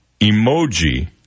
Emoji